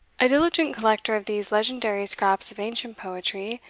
a diligent collector of these legendary scraps of ancient poetry,